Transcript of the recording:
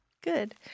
Good